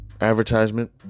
advertisement